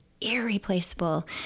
irreplaceable